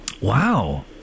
Wow